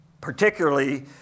particularly